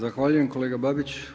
Zahvaljujem kolega Babić.